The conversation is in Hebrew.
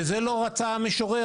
ולא את זה רצה המשורר.